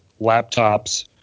laptops